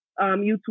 YouTube